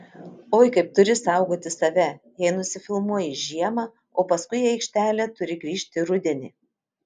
o kaip turi saugoti save jei nusifilmuoji žiemą o paskui į aikštelę turi grįžti rudenį